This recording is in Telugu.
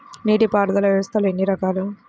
నీటిపారుదల వ్యవస్థలు ఎన్ని రకాలు?